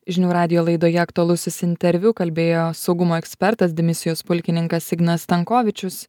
žinių radijo laidoje aktualusis interviu kalbėjo saugumo ekspertas dimisijos pulkininkas ignas stankovičius